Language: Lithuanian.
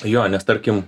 jo nes tarkim